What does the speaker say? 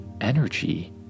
energy